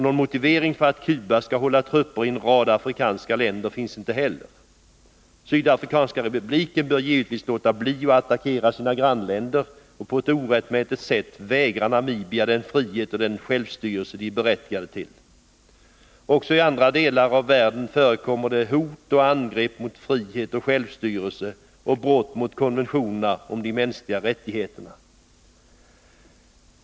Någon motivering för att Cuba skall hålla trupperi en rad afrikanska länder finns inte heller. Sydafrikanska republiken bör givetvis låta bli att attackera sina grannländer och att på ett orättmätigt sätt vägra Namibia den frihet och det självstyre landet är berättigat till. Också i andra delar av världen förekommer det hot och angrepp mot frihet och självstyrelse och brott mot konventionerna om de mänskliga rättigheterna.